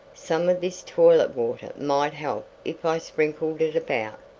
some of this toilet water might help if i sprinkled it about.